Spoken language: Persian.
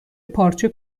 پارچه